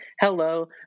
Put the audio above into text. hello